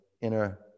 inner